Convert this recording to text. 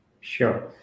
Sure